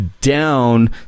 down